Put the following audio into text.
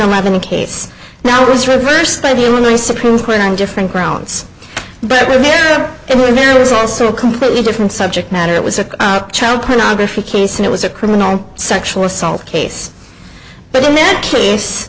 eleven case now it was reversed by the ruling supreme court on different grounds but we're here and we are is also a completely different subject matter it was a child pornography case and it was a criminal sexual assault case but in that case